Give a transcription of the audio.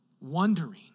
wondering